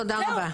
תודה רבה.